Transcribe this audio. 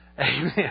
Amen